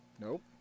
Nope